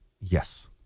Yes